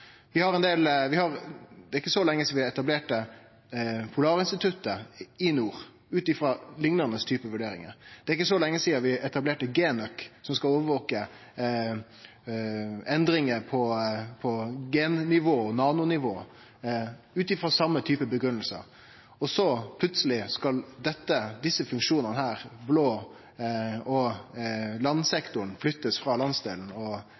Det er ikkje så lenge sidan vi etablerte Polarinstituttet i nord ut ifrå ein liknande type vurderingar. Det er ikkje så lenge sidan vi etablerte GenØk, som skal overvake endringar på gennivå, nanonivå, ut ifrå same typen grunngivingar. Så skal plutseleg desse funksjonane, blå sektor og landsektoren, flyttast frå landsdelen, og